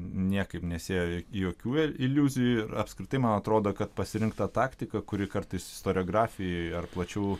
niekaip nesiejo jokių iliuzijų ir apskritai man atrodo kad pasirinkta taktika kuri kartais istoriografijoje ar plačiau